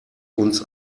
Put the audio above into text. uns